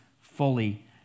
fully